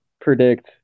predict